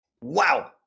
Wow